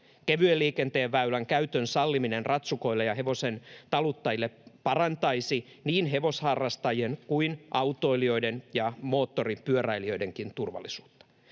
Kevyen liikenteen väylän käytön salliminen ratsukoille ja hevosen taluttajille parantaisi niin hevosharrastajien kuin autoilijoiden ja moottoripyöräilijöidenkin turvallisuutta.